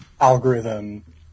algorithm